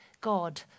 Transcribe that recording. God